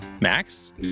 Max